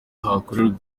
hakorerwa